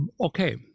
Okay